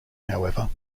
however